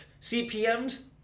CPMs